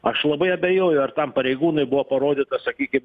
aš labai abejoju ar tam pareigūnui buvo parodytas sakykim